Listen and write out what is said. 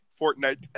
Fortnite